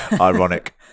ironic